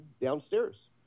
downstairs